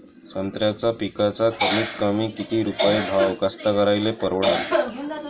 संत्र्याचा पिकाचा कमीतकमी किती रुपये भाव कास्तकाराइले परवडन?